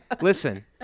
listen